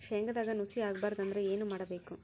ಶೇಂಗದಾಗ ನುಸಿ ಆಗಬಾರದು ಅಂದ್ರ ಏನು ಮಾಡಬೇಕು?